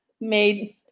made